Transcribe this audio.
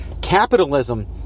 capitalism